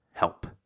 help